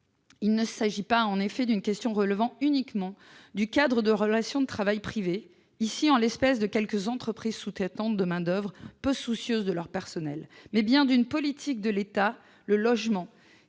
majeure. En effet, cette question ne relève pas uniquement du cadre de relations de travail privées, en l'espèce de quelques entreprises sous-traitantes de main-d'oeuvre peu soucieuses de leur personnel. Il s'agit bien d'une politique de l'État, le logement,